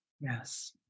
Yes